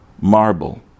marble